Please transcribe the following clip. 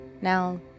Now